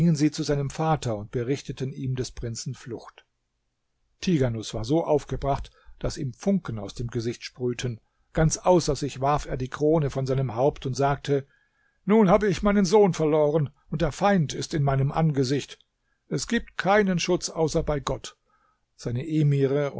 sie zu seinem vater und berichteten ihm des prinzen flucht tighanus war so aufgebracht daß ihm funken aus dem gesicht sprühten ganz außer sich warf er die krone von seinem haupt und sagte nun habe ich meinen sohn verloren und der feind ist in meinem angesicht es gibt keinen schutz außer bei gott seine emire